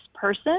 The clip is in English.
person